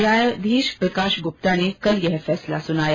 न्यायाधीश प्रकाश गुप्ता ने कल यह फैसला सुनाया